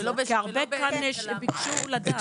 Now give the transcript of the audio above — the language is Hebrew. כי הרבה כאן ביקשו לדעת.